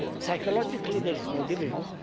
psychologically there is no division,